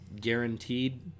guaranteed